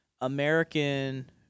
American—